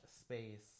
space